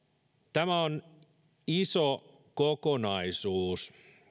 tämä on iso kokonaisuus